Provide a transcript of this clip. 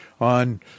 on